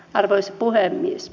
arvoisa puhemies